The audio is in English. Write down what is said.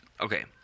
okay